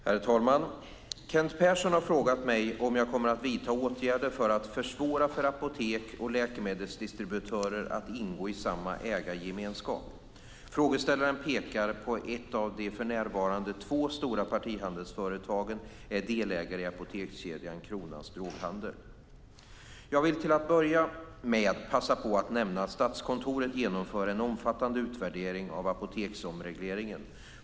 Herr talman! Kent Persson har frågat mig om jag kommer att vidta åtgärder för att försvåra för apotek och läkemedelsdistributörer att ingå i samma ägargemenskap. Frågeställaren pekar på att ett av de för närvarande två stora partihandelsföretagen är delägare i apotekskedjan Kronans Droghandel. Jag vill till att börja med passa på att nämna att Statskontoret genomför en omfattande utvärdering av apoteksomregleringen.